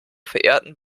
verehrten